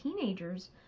teenagers